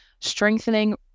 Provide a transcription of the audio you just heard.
Strengthening